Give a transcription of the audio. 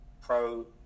pro